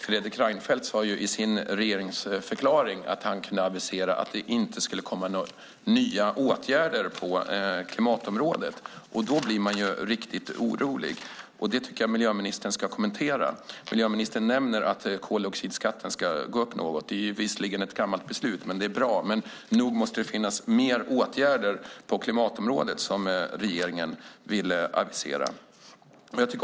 Fredrik Reinfeldt sade i sin regeringsförklaring att han kunde avisera att det inte skulle komma några nya åtgärder på klimatområdet. Då blir man riktigt orolig. Det tycker jag att miljöministern ska kommentera. Miljöministern nämner att koldioxidskatten ska gå upp något. Det är visserligen ett gammalt beslut, men det är bra. Men nog måste det finnas mer åtgärder på klimatområdet som regeringen vill avisera.